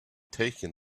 taken